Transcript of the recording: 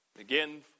Again